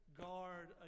guard